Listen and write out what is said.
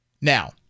Now